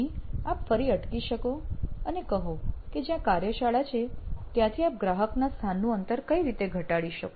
અહીં આપ ફરી અટકી શકો અને કહો કે જ્યાં કાર્યશાળા છે ત્યાંથી આપ ગ્રાહકના સ્થાનનું અંતર કઈ રીતે ઘટાડી શકો